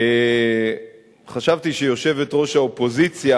חשבתי שיושבת-ראש האופוזיציה,